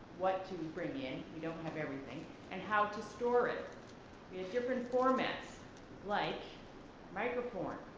what to bring in, we don't have everything and how to store it in different formats like microform.